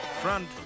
front